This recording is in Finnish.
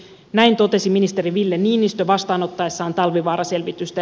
näin totesi ministeri ville niinistö vastaanottaessaan talvivaara selvitystä